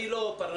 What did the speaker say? אני לא פרנואיד.